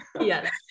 Yes